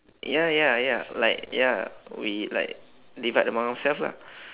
ya ya ya like ya we like divide among ourselves lah